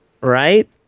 Right